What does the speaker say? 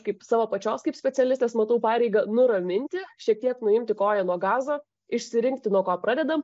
kaip savo pačios kaip specialistės matau pareigą nuraminti šiek tiek nuimti koją nuo gazo išsirinkti nuo ko pradedam